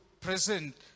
present